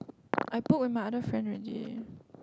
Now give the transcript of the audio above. I book with my other friend already